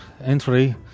entry